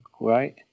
right